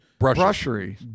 brushery